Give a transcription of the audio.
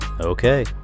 Okay